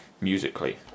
musically